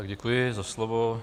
Děkuji za slovo.